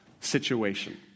situation